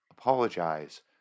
apologize